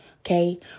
okay